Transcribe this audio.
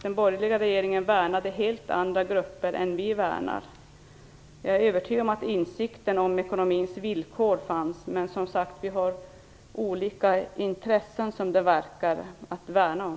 Den borgerliga regeringen värnade helt andra grupper än vad vi gör. Jag är övertygad om att insikten om ekonomins villkor fanns. Men, som sagt, det verkar som om vi har olika intressen att värna om.